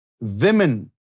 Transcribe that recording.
women